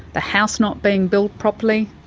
the house not being built properly,